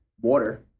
water